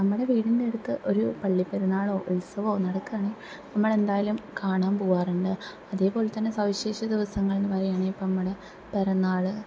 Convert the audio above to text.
നമ്മുടെ വീടിൻ്റെ അടുത്ത് ഒരു പള്ളി പെരുന്നാളോ ഉത്സവമോ നടക്കുകയാണെങ്കിൽ നമ്മളെന്തായാലും കാണാൻ പോകാറുണ്ട് അതേപോലെ തന്നെ സവിശേഷ ദിവസങ്ങൾ എന്ന് പറയുന്ന ഇപ്പം നമ്മുടെ പിറന്നാൾ